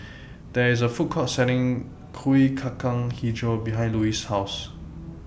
There IS A Food Court Selling Kuih Kacang Hijau behind Lois' House